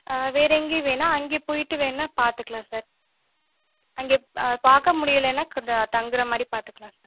ஆ வேறு எங்கேயும் வேணாம் அங்கே போய்விட்டு வேணுனா பார்த்துக்கலாம் சார் அங்கே ஆ பார்க்க முடியலைன்னா கொஞ்சம் தங்குகிற மாதிரி பார்த்துக்கலாம் சார்